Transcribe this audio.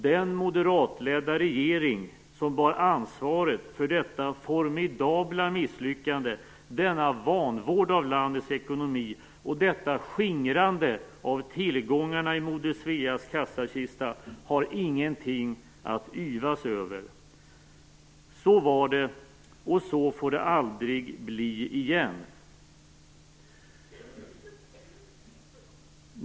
Den moderatledda regering som bar ansvaret för detta formidabla misslyckande, denna vanvård av landets ekonomi och detta skingrande av tillgångarna i Moder Sveas kassakista har ingenting att yvas över. Så var det, och så får det aldrig bli igen.